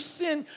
sin